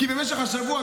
כי במשך השבוע,